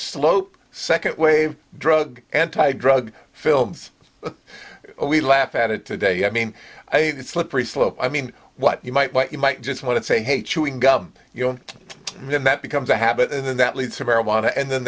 slope second wave drug anti drug films we laugh at it today i mean a slippery slope i mean what you might but you might just want to say hey chewing gum you know and that becomes a habit and then that leads to marijuana and then